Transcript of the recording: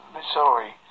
Missouri